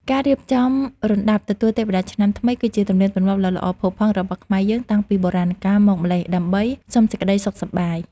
ការរៀបចំរណ្តាប់ទទួលទេវតាឆ្នាំថ្មី គឺជាទំនៀមទម្លាប់ដ៏ល្អផូរផង់របស់ខ្មែរយើងតាំងពីបុរាណកាលមកម្ល៉េះដើម្បីសុំសេចក្តីសុខសប្បាយ។